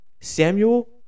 Samuel